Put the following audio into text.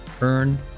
Earn